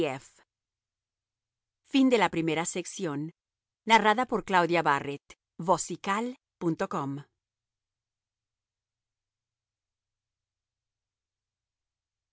la de morir